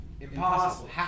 Impossible